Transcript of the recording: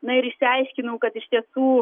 na ir išsiaiškinau kad iš tiesų